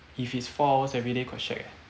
if it falls everyday quite shag eh